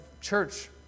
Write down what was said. church